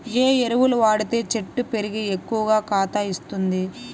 ఏ ఎరువులు వాడితే చెట్టు పెరిగి ఎక్కువగా కాత ఇస్తుంది?